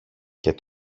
και